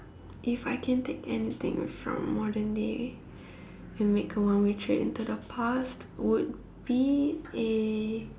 if I can take anything from modern day and make a one way trip into the past would be a